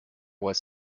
was